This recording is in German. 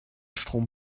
strom